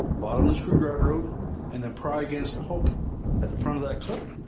bottom the screwdriver out and then pry against the hook at the front of that clip